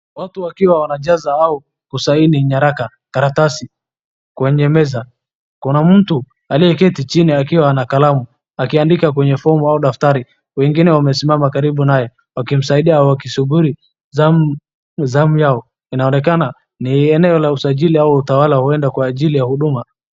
Watu wakiwa wanaja au kusaini nyaraka karatsi kwenye meza. Kuna mtu aliyeketi chini akiwa na kalamu akiandika kwenye fomu au daftari,. Wengine wamesimama karibu naye wakimsaidia wakisubiri zamu yao. Inaonekana ni eneo la usajili au utawala huenda kwa ajili ya huduma.